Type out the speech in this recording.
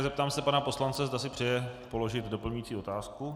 Zeptám se pana poslance, zda si přeje položit doplňující otázku.